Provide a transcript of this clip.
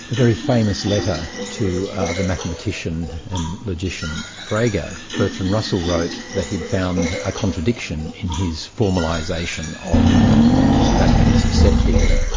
very famous letter to the mathematician and logician, frege, and bertrand russell wrote that he'd found a contradiction in his formalisation of mathematics of set theory.